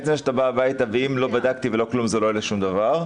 עצם זה שאתה בא הביתה ואם לא בדקתי ולא כלום לא עולה שום דבר.